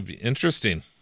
Interesting